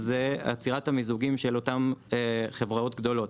זה עצירת המיזוגים של אותן חברות גדולות.